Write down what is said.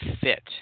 fit